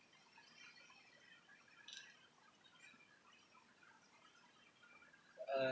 uh